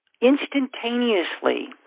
instantaneously